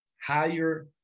higher